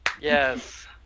Yes